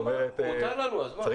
מותר לנו, אז מה.